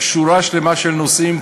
שורה שלמה של נושאים,